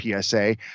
PSA